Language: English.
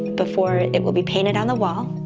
before it will be painted on the wall.